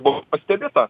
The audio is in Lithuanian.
buvo pastebėta